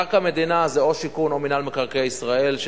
קרקע מדינה זה או שיכון או מינהל מקרקעי ישראל,